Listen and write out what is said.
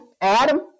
Adam